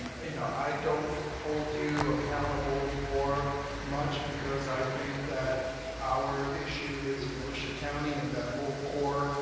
um you know, i don't hold you accountable for much because i think that our issue is volusia county and that whole core.